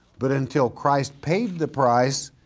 but until christ paid the price,